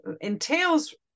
entails